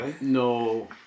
No